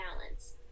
balance